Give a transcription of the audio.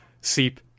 seep